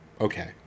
okay